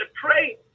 pray